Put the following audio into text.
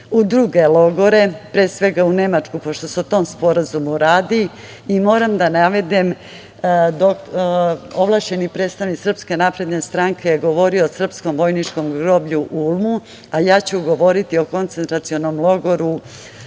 u druge logore, pre svega u Nemačku, pošto se o tom sporazumu radi, i moram da navedem, ovlašćeni predstavnik SNS govorio je o Srpskom vojničkom groblju u Ulmu, a ja ću govoriti o koncentracionom logoru